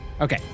Okay